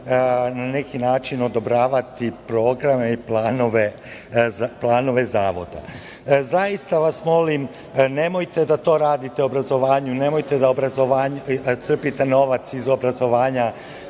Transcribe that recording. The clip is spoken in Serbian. na neki način odobravati programe i planove zavoda. Zaista vas molim da to ne radite obrazovanju, nemojte da crpite novac iz obrazovanja